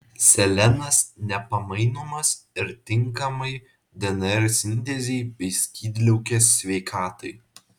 selenas nepamainomas ir tinkamai dnr sintezei bei skydliaukės sveikatai